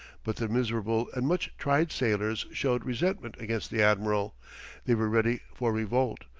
but the miserable and much tried sailors showed resentment against the admiral they were ready for revolt,